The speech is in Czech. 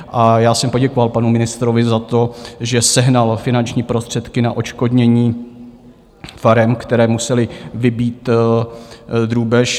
A já jsem poděkoval panu ministrovi za to, že sehnal finanční prostředky na odškodnění farem, které musely vybít drůbež.